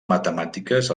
matemàtiques